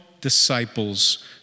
disciples